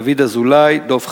דוד אזולאי, דב חנין,